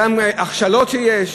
גם הכשלות שיש.